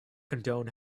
condone